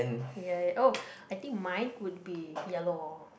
ya oh I think mine would be yellow